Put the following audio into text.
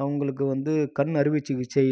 அவங்களுக்கு வந்து கண் அறுவை சிகிச்சை